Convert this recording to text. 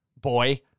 boy